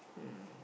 mm